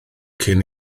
cyn